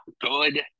good